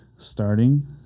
starting